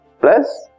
plus